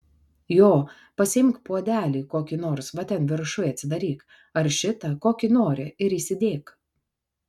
jo pasiimk puodelį kokį nors va ten viršuj atsidaryk ar šitą kokį nori ir įsidėk